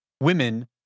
women